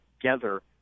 together